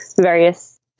various